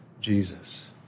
Jesus